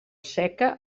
seca